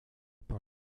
par